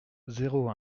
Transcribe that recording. zéro